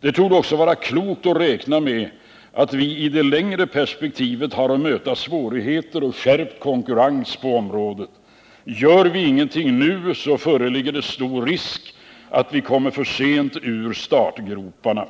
Det torde också vara klokt att räkna med att vi i det längre perspektivet har att möta svårigheter och skärpt konkurrens på området. Gör vi ingenting nu, föreligger stor risk att vi kommer för sent ur startgroparna.